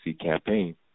campaign